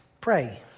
pray